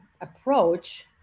approach